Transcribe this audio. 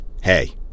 hey